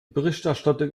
berichterstattung